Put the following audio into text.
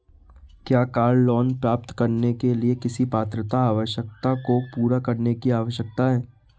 क्या car loan प्राप्त करने के लिए किसी पात्रता आवश्यकता को पूरा करने की आवश्यकता है?